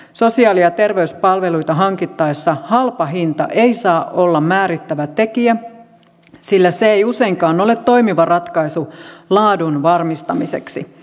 sosiaali ja terveyspalveluita hankittaessa halpa hinta ei saa olla määrittävä tekijä sillä se ei useinkaan ole toimiva ratkaisu laadun varmistamiseksi